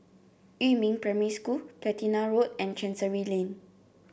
Yumin Primary School Platina Road and Chancery Lane